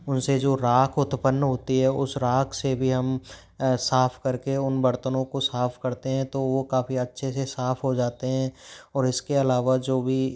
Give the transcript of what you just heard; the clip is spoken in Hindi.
उनसे जो राख उत्पन्न होती है उस राख से भी हम साफ कर के उन बर्तनों को साफ करते हैं तो वो काफ़ी अच्छे से साफ हो जाते हैं और इसके अलावा जो भी